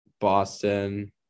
Boston